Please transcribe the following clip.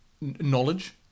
knowledge